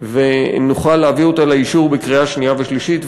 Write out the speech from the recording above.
ונוכל להביא אותה לאישור בקריאה שנייה ושלישית,